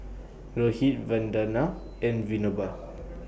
Rohit Vandana and Vinoba